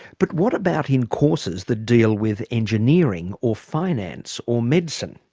but what about in courses that deal with engineering or finance or medicine.